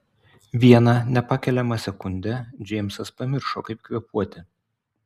vieną nepakeliamą sekundę džeimsas pamiršo kaip kvėpuoti